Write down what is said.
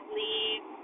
leave